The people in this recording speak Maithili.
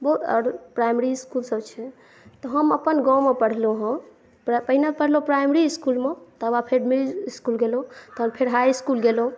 आओर प्राइमरी इसकुलसभ छै तऽ हम अपन गाँवमे पढलहुॅं हँ पहिने पढलहुँ प्राइमरी इसकुलमे तेकर बाद फेर मिडल इसकुल गेलहुँ फेर हाई इसकुल गेलहुँ